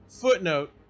footnote